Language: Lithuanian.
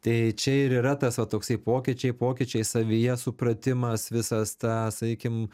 tai čia ir yra tas va toksai pokyčiai pokyčiai savyje supratimas visas tą sakykim